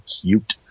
cute